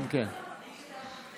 התשפ"ב 2022, נתקבל.